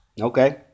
Okay